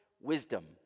Wisdom